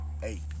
hey